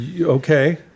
okay